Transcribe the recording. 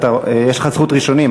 יש לך זכות ראשונים,